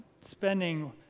spending